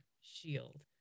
shield